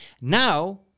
Now